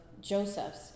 Joseph's